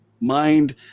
mind